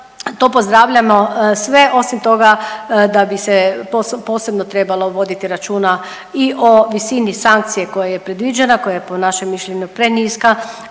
to pozdravljamo sve osim toga da bi se posebno trebalo voditi računa i o visini sankcije koja je predviđena, koja je po našem mišljenju preniska.